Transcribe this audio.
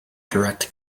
direct